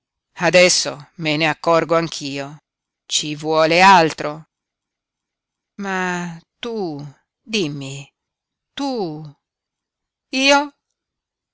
adesso me ne accorgo anch'io ci vuole altro ma tu dimmi tu io